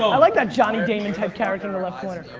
i like that johnny damon type character in the left corner.